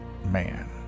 man